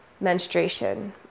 menstruation